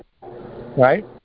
Right